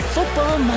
Football